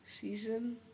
season